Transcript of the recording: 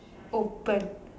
open